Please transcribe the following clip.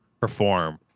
perform